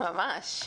ממש.